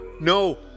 no